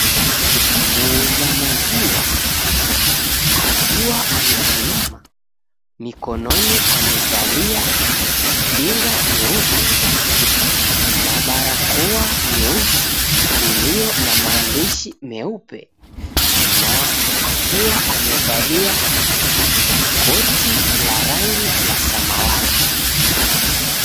Muuza maziwa akiwa amesimama mikononi amevalia kinga nyeupe na barakoa nyeusi ilio na maandishi meupe na akiwa amevalia koti la rangi la samawati.